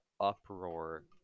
uproar